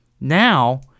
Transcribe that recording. now